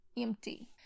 empty